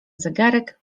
zegarek